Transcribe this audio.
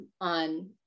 on